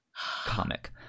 comic